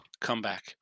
comeback